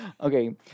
Okay